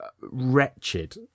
wretched